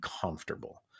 comfortable